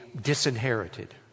disinherited